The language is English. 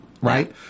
right